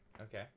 Okay